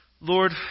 Lord